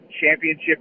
championship